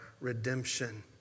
redemption